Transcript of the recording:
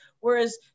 Whereas